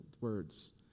words